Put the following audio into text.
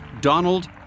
Donald